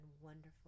wonderful